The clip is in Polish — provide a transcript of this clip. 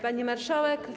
Pani Marszałek!